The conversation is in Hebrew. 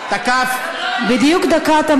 ותקף, בדיוק דקה.